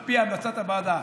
על פי המלצת הוועדה,